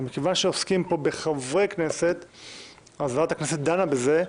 מכיוון שעוסקים פה בחברי כנסת אז ועדת הכנסת דנה בזה.